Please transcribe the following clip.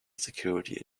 security